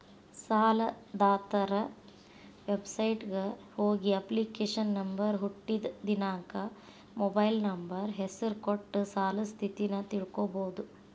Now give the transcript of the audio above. ಸಾಲದಾತರ ವೆಬಸೈಟ್ಗ ಹೋಗಿ ಅಪ್ಲಿಕೇಶನ್ ನಂಬರ್ ಹುಟ್ಟಿದ್ ದಿನಾಂಕ ಮೊಬೈಲ್ ನಂಬರ್ ಹೆಸರ ಕೊಟ್ಟ ಸಾಲದ್ ಸ್ಥಿತಿನ ತಿಳ್ಕೋಬೋದು